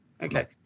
Okay